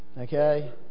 Okay